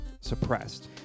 suppressed